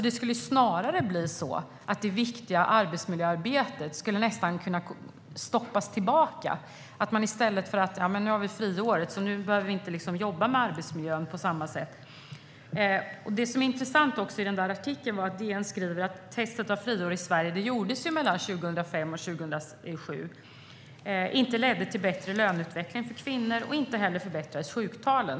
Det skulle snarare bli så att det viktiga arbetsmiljöarbetet skulle gå tillbaka. Man skulle kunna tänka: Nu har vi friåret, och då behöver vi inte jobba med arbetsmiljön på samma sätt. Det som också är intressant i artikeln är att DN skriver att testet av friår i Sverige, som gjordes mellan 2005 och 2007, inte ledde till bättre löneutveckling för kvinnor. Inte heller förbättrades sjuktalen.